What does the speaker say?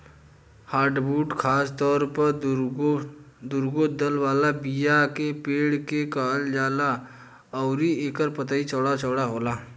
hardwood खासतौर पर दुगो दल वाला बीया के पेड़ के कहल जाला अउरी एकर पतई चौड़ा चौड़ा होला